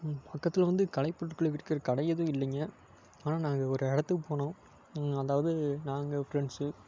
இங்கு பக்கத்தில் வந்து கலைப் பொருட்களை விற்கிற கடை எதுவும் இல்லைங்க ஆனால் நாங்கள் ஒரு இடத்துக்கு போனோம் அதாவது நாங்கள் ஃப்ரெண்ட்ஸு